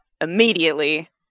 Immediately